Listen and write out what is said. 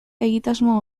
egitasmo